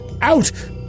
out